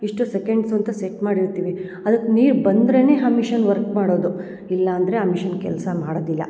ಇಷ್ಟು ಸೆಕೆಂಡ್ಸು ಅಂತ ಸೆಟ್ ಮಾಡಿರ್ತೀವಿ ಅದಕ್ಕೆ ನೀರು ಬಂದ್ರೇನೆ ಆ ಮಿಷಿನ್ ವರ್ಕ್ ಮಾಡೋದು ಇಲ್ಲ ಅಂದರೆ ಆ ಮಿಷಿನ್ ಕೆಲಸ ಮಾಡೋದಿಲ್ಲ